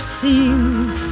seems